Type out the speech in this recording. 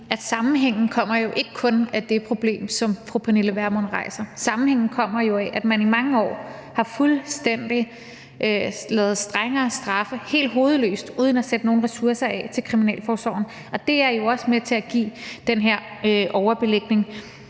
at sammenhængen jo ikke kun kommer ud af det problem, som fru Pernille Vermund rejser, for sammenhængen kommer jo af, at man i mange år fuldstændig hovedløst har lavet strengere straffe uden at sætte nogen ressourcer af til Kriminalforsorgen. Det er jo også med til at give den her overbelægning.